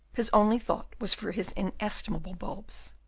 his only thought was for his inestimable bulbs.